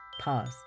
Pause